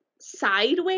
sideways